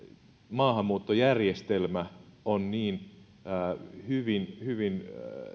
maahanmuuttojärjestelmä on niin hyvin